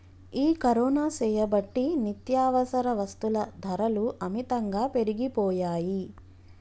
ఈ కరోనా సేయబట్టి నిత్యావసర వస్తుల ధరలు అమితంగా పెరిగిపోయాయి